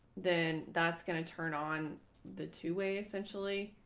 then that's going to turn on the two way, essentially.